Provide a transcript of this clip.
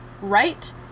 right